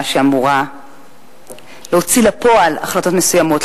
שאמורה להוציא לפועל החלטות מסוימות,